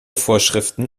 vorschriften